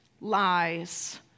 lies